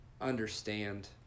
understand